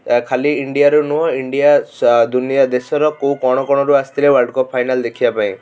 ଆ ଖାଲି ଇଣ୍ଡିଆରୁ ନୁହଁ ଇଣ୍ଡିଆ ସ ଦୁନିଆ ଦେଶର କେଉଁ କଣ କଣରୁ ଆସିଥିଲେ ୱାଲ୍ଡକପ୍ ଫାଇନାଲ୍ ଦେଖିବା ପାଇଁ